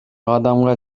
адамга